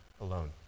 alone